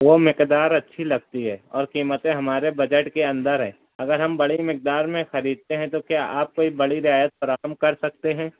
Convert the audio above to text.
وہ مقدار اچھی لگتی ہے اور قیمتیں ہمارے بجٹ کے اندر ہیں اگر ہم بڑی مقدار میں خریدتے ہیں تو کیا آپ کوئی بڑی رعایت فراہم کر سکتے ہیں